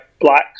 black